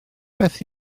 beth